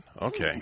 Okay